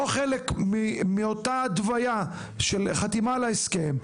לא חלק מאותה התוויה של חתימה על ההסכם,